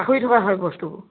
পাহৰি থকা হয় বস্তুবোৰ